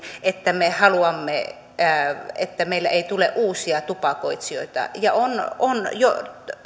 että me haluamme että meille ei tule uusia tupakoitsijoita on on jo